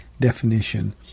definition